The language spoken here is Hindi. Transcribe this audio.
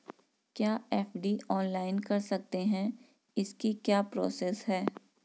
क्या एफ.डी ऑनलाइन कर सकते हैं इसकी क्या प्रोसेस है?